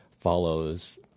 follows